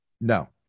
No